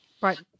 Right